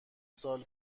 سال